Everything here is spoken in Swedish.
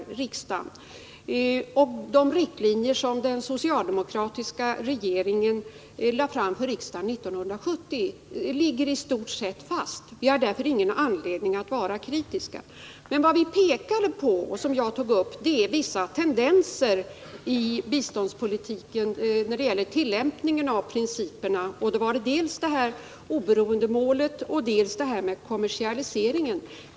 De riktlinjer som den socialdemokratiska regeringen lade fram för riksdagen 1970 ligger i stort sett fast. Vi har därför ingen anledning att vara kritiska. Men vad vi pekade på och jag tog upp var vissa tendenser i biståndspolitiken när det gäller tillämpningen av principerna. Det var dels oberoendemålet, dels kommersialiseringen.